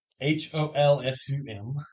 H-O-L-S-U-M